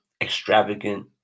extravagant